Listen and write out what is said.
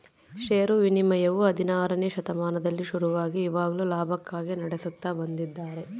ಷೇರು ವಿನಿಮಯವು ಹದಿನಾರನೆ ಶತಮಾನದಲ್ಲಿ ಶುರುವಾಗಿ ಇವಾಗ್ಲೂ ಲಾಭಕ್ಕಾಗಿ ನಡೆಸುತ್ತ ಬಂದಿದ್ದಾರೆ